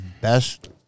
best